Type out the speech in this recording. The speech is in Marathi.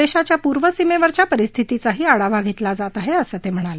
देशाच्या पूर्व सीमेवरच्या परिस्थितीचाही आढावा घेतला जात आहे असं ते म्हणाले